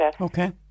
Okay